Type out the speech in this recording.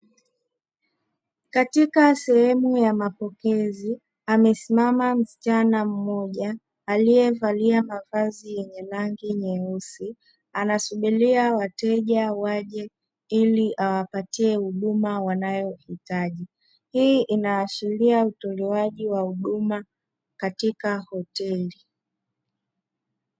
Katika sehemu ya mapokezi amesimama msichana mmoja aliyevalia mavazi yenye rangi nyeusi. Anasubiria wateja waje ili awapatie huduma wanayohitaji. Hii inaashiria utolewaji wa huduma katika hoteli.